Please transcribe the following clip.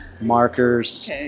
markers